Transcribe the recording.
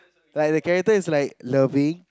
like the character is like loving